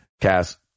cast